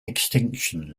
extinction